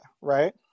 right